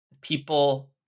People